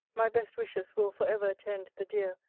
my best wishes will for ever attend the dear,